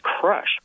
crush